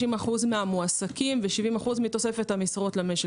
60% מהמועסקים ו-70% מתוספת למשרות במשק,